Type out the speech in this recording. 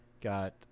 got